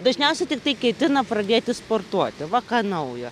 dažniausia tiktai ketina pradėti sportuoti va ką naujo